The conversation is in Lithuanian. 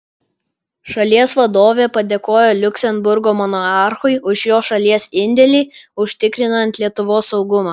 šalies vadovė padėkojo liuksemburgo monarchui už jo šalies indėlį užtikrinant lietuvos saugumą